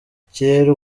ikirere